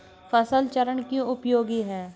फसल चरण क्यों उपयोगी है?